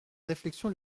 réflexion